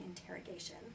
interrogation